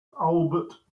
albert